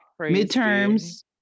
midterms